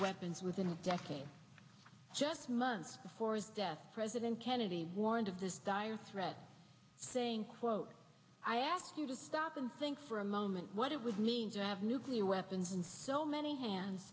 weapons within a decade just months before his death president kennedy warned of this dire threat saying quote i ask you to stop and think for a moment what it would mean to have nuclear weapons in so many hands